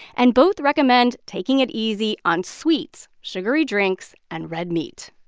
and both recommend taking it easy on sweets, sugary drinks and red meat.